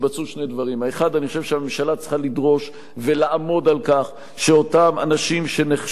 אני חושב שהממשלה צריכה לדרוש ולעמוד על כך שאותו סעיף חוק